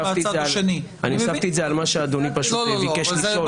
אני הוספתי את זה על מה שאדוני פשוט ביקש לשאול.